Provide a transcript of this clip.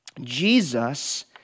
Jesus